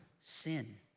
sin